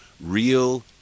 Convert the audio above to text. real